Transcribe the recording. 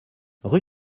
rue